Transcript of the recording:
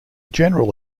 general